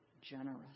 generous